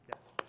Yes